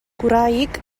gwraig